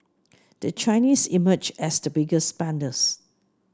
the Chinese emerged as the biggest spenders